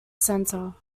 centre